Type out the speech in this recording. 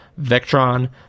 vectron